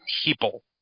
people